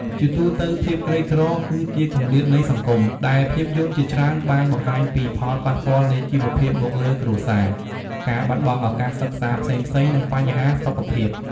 ជាទូទៅភាពក្រីក្រ គឺជាគម្លាតនៃសង្គម ដែលភាពយន្តជាច្រើនបានបង្ហាញពីផលប៉ះពាល់នៃជីវភាពមកលើគ្រួសារ ការបាត់បង់ឱកាសសិក្សាផ្សេងៗ និងបញ្ហាសុខភាព ។